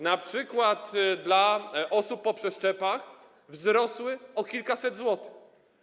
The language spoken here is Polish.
np. dla osób po przeszczepach, wzrosło o kilkaset złotych.